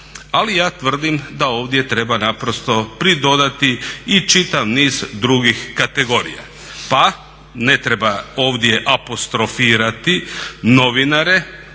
Ali ja tvrdim da ovdje treba naprosto pridodati i čitav niz drugih kategorija. Pa ne treba ovdje apostrofirati novinare,